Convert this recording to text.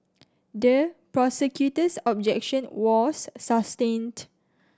the prosecutor's objection was sustained